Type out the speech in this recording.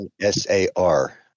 S-A-R